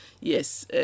yes